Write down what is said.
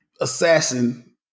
assassin